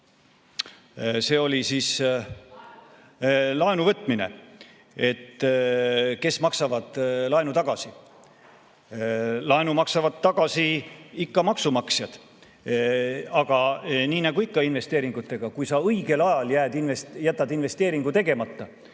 see oli siis laenu võtmine, et kes maksavad laenu tagasi. Laenu maksavad tagasi ikka maksumaksjad. Aga nii nagu ikka investeeringutega, kui sa õigel ajal jätad investeeringu tegemata,